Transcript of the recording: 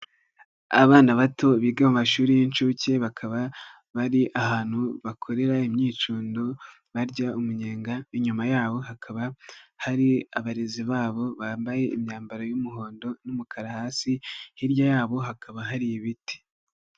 Abana bato biga mu mashuri y'incuke bakaba bari ahantu bakorera imyicundo barya umunyenga, inyuma yabo hakaba hari abarezi babo bambaye imyambaro y'umuhondo n'umukara hasi, hirya yabo hakaba hari ibiti.